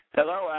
Hello